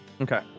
Okay